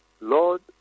Lord